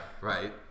right